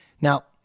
Now